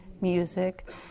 music